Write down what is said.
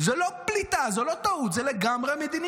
זו לא פליטה, זו לא טעות, זו לגמרי מדיניות.